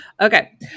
Okay